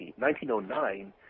1909